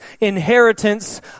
inheritance